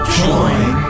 join